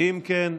אם כן,